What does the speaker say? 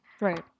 Right